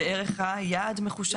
שערך היעד מחושב?